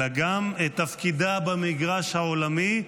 אלא גם את תפקידה במגרש העולמי.